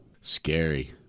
Scary